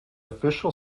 official